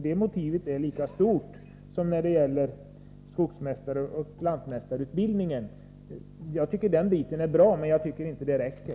De motiven är lika starka som de som gäller skogsmästaroch lantmästarutbildningen. Jag tycker att den biten är bra, men jag tycker inte att det räcker.